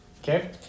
Okay